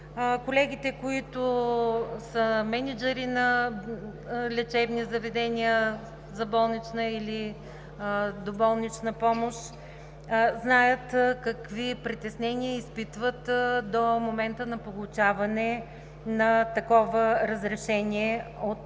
колегите, които са мениджъри на лечебни заведения за болнична или доболнична помощ, знаят какви притеснения изпитваме до момента на получаване на такова разрешение от